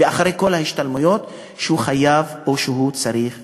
וזה אחרי כל ההשתלמויות שהוא חייב או צריך לעשות.